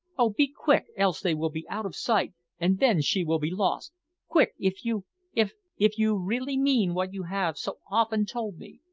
oh, be quick, else they will be out of sight and then she will be lost quick, if you if if you really mean what you have so often told me.